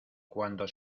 cuando